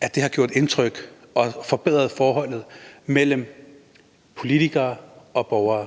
at det har gjort indtryk og har forbedret forholdet mellem politikere og borgere.